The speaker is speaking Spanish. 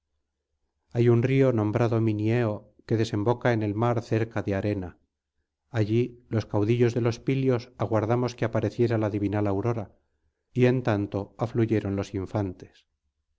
hay un río nombrado minieo que desemboca en el mar cerca de arena allí los caudillos de los pilios aguardamos que apareciera la divinal aurora y en tanto afluyeron los infantes